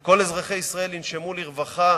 שכל אזרחי ישראל ינשמו לרווחה